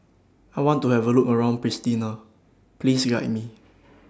I want to Have A Look around Pristina Please Guide Me